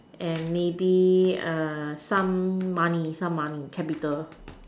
and maybe some money some money capital